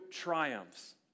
triumphs